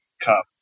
cup